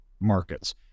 markets